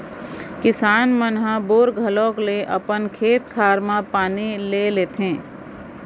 किसान मन ह बोर घलौक ले अपन खेत खार म पानी ले लेथें